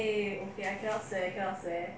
eh okay I cannot swear I cannot swear